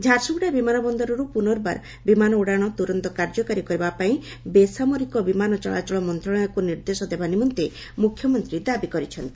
ଝାରସୁଗୁଡ଼ା ବିମାନ ବନ୍ଦରରୁ ପୁନର୍ବାର ବିମାନ ଉଡ଼ାଣ ତୁରନ୍ତ କାର୍ଯ୍ୟକାରୀ କରିବା ପାଇଁ ବେସାମରିକ ବିମାନ ଚଳାଚଳ ମ୍ୟଶାଳୟକୁ ନିର୍ଦ୍ଦେଶ ଦେବା ନିମନ୍ତେ ମୁଖ୍ୟମନ୍ତୀ ଦାବି କରିଛନ୍ତି